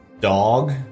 dog